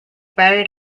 buried